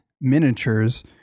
miniatures